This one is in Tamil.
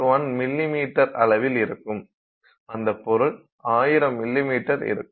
1 மிமீ அளவில் இருக்கும் அந்த பொருள் 1000 மிமீ இருக்கும்